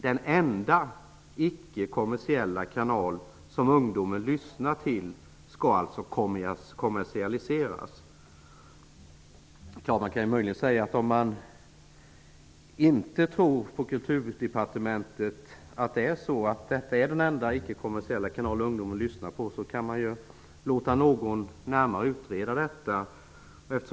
Den enda ickekommersiella kanal som ungdomar lyssnar på skall alltså kommersialiseras. Om man på Kulturdepartementet inte tror på att detta är den enda icke-kommersiella kanal som ungdomar lyssnar på, kan man låta någon utreda detta närmare.